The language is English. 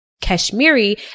Kashmiri